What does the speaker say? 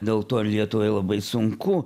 dėl to ir lietuvai labai sunku